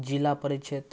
जिला पड़ै छथि